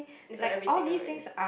it's like everything lah really